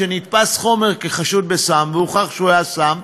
כשנתפס חומר החשוד כסם והוכח שהוא היה סם,